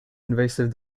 invasive